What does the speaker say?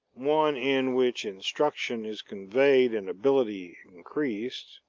one in which instruction is conveyed and ability increased,